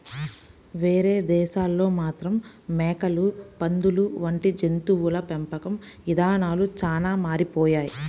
వేరే దేశాల్లో మాత్రం మేకలు, పందులు వంటి జంతువుల పెంపకం ఇదానాలు చానా మారిపోయాయి